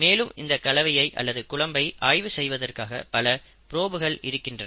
மேலும் இந்த கலவையை அல்லது குழம்பை ஆய்வு செய்வதற்காக பல புரோபுகள் இருக்கின்றன